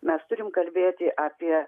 mes turim kalbėti apie